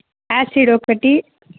acid ఒకటి